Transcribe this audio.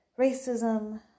racism